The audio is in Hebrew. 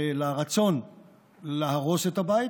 של הרצון להרוס את הבית,